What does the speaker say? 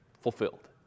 fulfilled